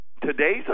Today's